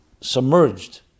submerged